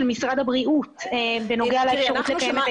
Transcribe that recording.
משרד הבריאות בנוגע לאפשרות לקיים את הישיבה.